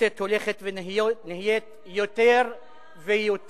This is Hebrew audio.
הכנסת הולכת ונהיית יותר ויותר,